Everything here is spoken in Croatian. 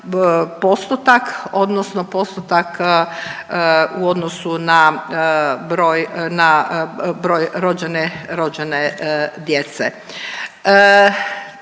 postotak, odnosno postotak u odnosu na broj, na broj rođene djece.